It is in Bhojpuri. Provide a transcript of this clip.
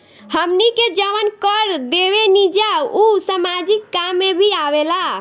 हमनी के जवन कर देवेनिजा उ सामाजिक काम में भी आवेला